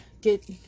get